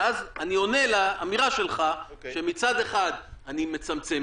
ואז אני עונה לאמירה שלך שמצד אחד אני מצמצם